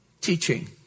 teaching